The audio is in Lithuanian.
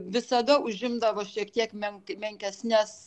visada užimdavo šiek tiek menk menkesnes